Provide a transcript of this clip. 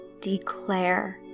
declare